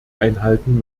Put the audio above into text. einhalten